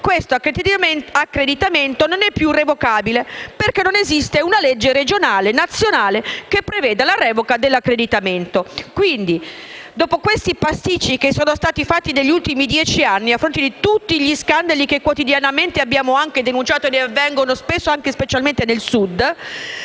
questo praticamente non è più revocabile, perché non esiste una legge regionale e nazionale che prevede la revoca dell'accreditamento. Quindi, dopo questi pasticci che sono stati fatti negli ultimi dieci anni, a fronte di tutti gli scandali che quotidianamente abbiamo denunciato e che avvengono spesso e specialmente al Sud,